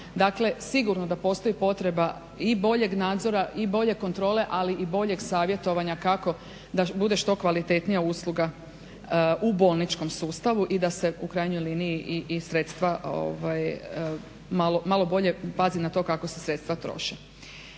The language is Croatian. Dakle, sigurno da postoji potreba, i bolje nadzora, i bolje kontrole, ali i boljeg savjetovanja kako da bude što kvalitetnija usluga u bolničkom sustavu i da se u krajnjoj liniji i sredstva malo bolje pazi na to kako se sredstva troše.